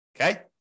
Okay